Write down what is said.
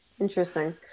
Interesting